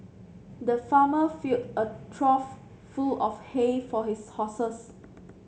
the farmer filled a trough full of hay for his horses